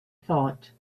thought